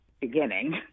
beginning